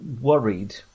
worried